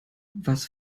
was